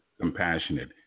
compassionate